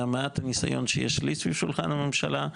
מהמעט ניסיון שיש לי סביב שולחן הממשלה,